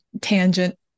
Tangent